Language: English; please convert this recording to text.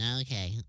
Okay